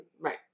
right